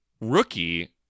rookie